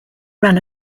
ran